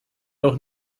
doch